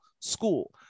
school